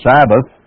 Sabbath